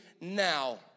now